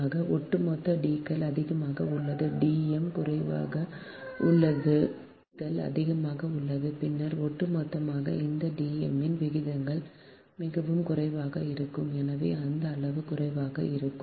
ஆக ஒட்டுமொத்த D கள் அதிகமாக உள்ளது D m குறைவாக உள்ளது D கள் அதிகமாக உள்ளது பின்னர் ஒட்டுமொத்தமாக இந்த D m விகிதங்கள் மிகவும் குறைவாக இருக்கும் எனவே இந்த அளவு குறைவாக இருக்கும்